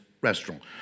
restaurant